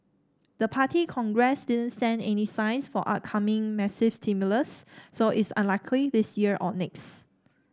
the Party Congress didn't send any signs for upcoming massive stimulus so it's unlikely this year or next